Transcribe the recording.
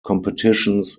competitions